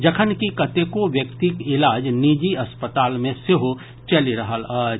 जखनकि कतेको व्यक्तिक इलाज निजी अस्पताल मे सेहो भऽ रहल अछि